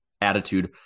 attitude